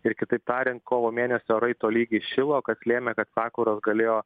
ir kitaip tariant kovo mėnesio orai tolygiai šilo kas lėmė kad sakuros galėjo